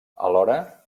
alhora